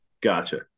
gotcha